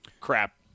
crap